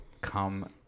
come